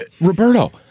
Roberto